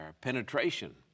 penetration